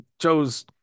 chose